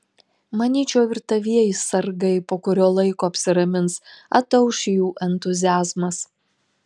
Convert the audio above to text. manyčiau ir tavieji sargai po kurio laiko apsiramins atauš jų entuziazmas